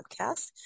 podcast